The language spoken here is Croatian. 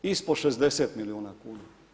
Ispod 60 milijuna kuna.